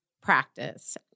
practice –